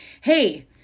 hey